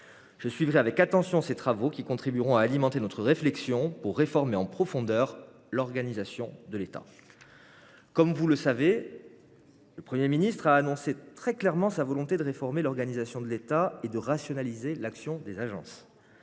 Je suivrai avec attention ces travaux, qui contribueront à alimenter notre réflexion pour réformer en profondeur l’organisation de l’État. Comme vous le savez, M. le Premier ministre a annoncé très clairement sa volonté de réformer l’organisation de l’État et de rationaliser l’action de ses agences.